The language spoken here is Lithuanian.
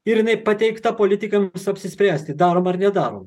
ir jinai pateikta politikams apsispręsti darom ar nedarom